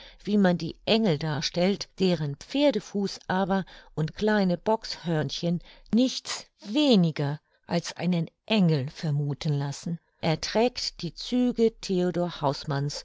wie man die engel darstellt deren pferdefuß aber und kleine bockshörnchen nichts weniger als einen engel vermuthen lassen er trägt die züge